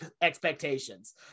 expectations